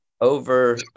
over